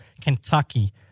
kentucky